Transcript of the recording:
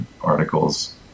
articles